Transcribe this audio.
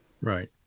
Right